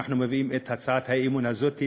אנחנו מביאים את הצעת האי-אמון הזאת בממשלה,